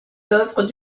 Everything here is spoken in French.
d’œuvres